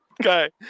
Okay